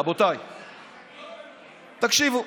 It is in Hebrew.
רבותיי, תקשיבו,